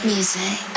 Music